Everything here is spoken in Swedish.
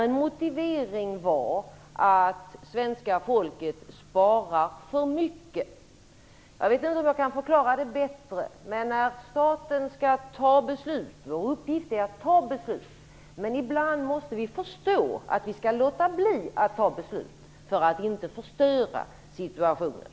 En motivering var att svenska folket sparar för mycket. Jag vet inte om detta är en bättre förklaring: När staten skall fatta beslut - vår uppgift är ju att fatta beslut - måste man ibland förstå att man skall låta bli att göra det för att inte förstöra situationen.